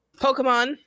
pokemon